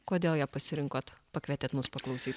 kodėl ją pasirinkot pakvietėt mus paklausyt